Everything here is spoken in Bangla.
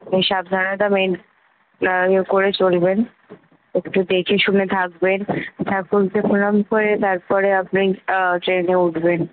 আপনি সাবধানতা মেন ইয়ে করে চলবেন একটু দেখে শুনে থাকবেন ঠাকুরকে প্রনাম করে তারপরে আপনি ট্রেনে উঠবেন